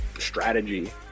strategy